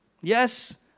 Yes